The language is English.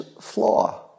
flaw